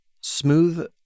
Smooth